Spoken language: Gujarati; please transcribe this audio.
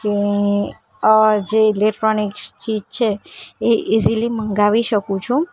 કે આ જે ઇલેક્ટ્રોનિક્સ ચીજ છે એ ઇઝીલી મગાવી શકો છો